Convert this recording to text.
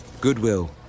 Goodwill